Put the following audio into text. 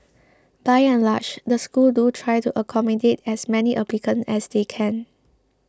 by and large the schools do try to accommodate as many applicants as they can